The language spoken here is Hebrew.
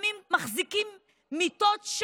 לפעמים מחזיקים מיטות,